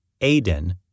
Aden